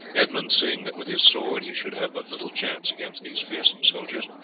edmund, seeing that with his sword he should have but little chance against these fierce soldiers,